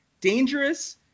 Dangerous